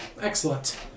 excellent